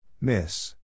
Miss